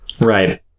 Right